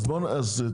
אז בואו ותשקיעו.